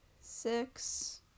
Six